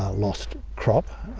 ah lost crop,